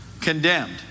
Condemned